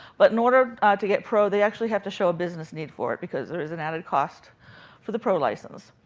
but in order to get pro, they actually have to show a business need for it because there is an added cost for the pro license.